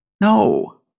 No